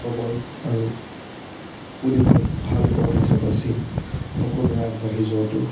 সৱল আৰু সুদীঘল ভাল পথ এটা বাচি সকলোৱে আগবাঢ়ি যোৱাটো